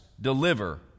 deliver